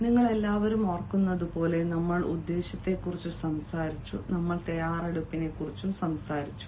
നിങ്ങൾ എല്ലാവരും ഓർക്കുന്നതുപോലെ നമ്മൾ ഉദ്ദേശ്യത്തെക്കുറിച്ച് സംസാരിച്ചു നമ്മൾ തയ്യാറെടുപ്പിനെക്കുറിച്ചും സംസാരിച്ചു